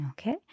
Okay